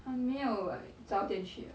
ah 你没有 like 早点去啊